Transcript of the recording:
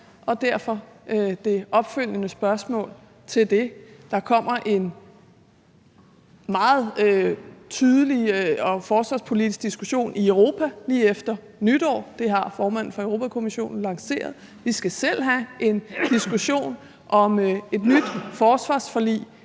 tager et langt større ansvar selv. Der kommer en meget tydelig og forsvarspolitisk diskussion i Europa lige efter nytår – det har formanden for Europa-Kommissionen lanceret – og vi skal selv have en diskussion om et nyt forsvarsforlig